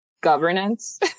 governance